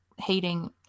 hating